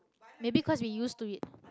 maybe cause we used to it